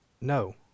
no